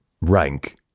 rank